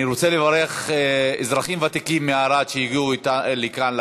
אני רוצה לברך אזרחים ותיקים מערד שהגיעו לכאן,